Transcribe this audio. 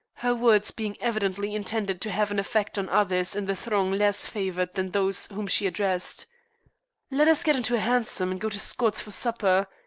her words being evidently intended to have an effect on others in the throng less favored than those whom she addressed let us get into a hansom and go to scott's for supper.